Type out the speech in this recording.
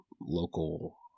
local